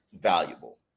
valuable